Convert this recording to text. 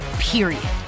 Period